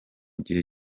gihe